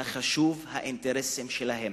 וגם לישראל, חשובים האינטרסים שלהן.